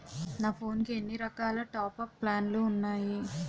నా ఫోన్ కి ఎన్ని రకాల టాప్ అప్ ప్లాన్లు ఉన్నాయి?